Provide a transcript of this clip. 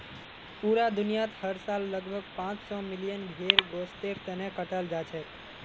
पूरा दुनियात हर साल लगभग पांच सौ मिलियन भेड़ गोस्तेर तने कटाल जाछेक